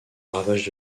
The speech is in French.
ravages